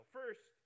first